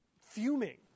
fuming